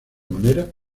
manera